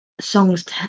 songs